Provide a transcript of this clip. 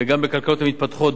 וגם בכלכלות המתפתחות,